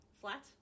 Flat